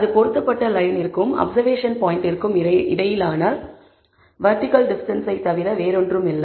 அது பொருத்தப்பட்ட லயனிற்கும் அப்சர்வேஷன் பாயின்ட்டிற்கும் இடையிலான வெர்டிகல் டிஸ்டன்ஸ் தவிர வேறில்லை